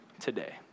today